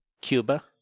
Cuba